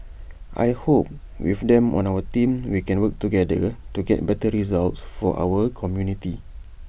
I hope with them on our team we can work together to get better results for our community